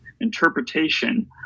interpretation